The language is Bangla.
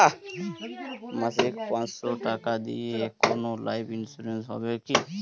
মাসিক পাঁচশো টাকা দিয়ে কোনো লাইফ ইন্সুরেন্স হবে কি?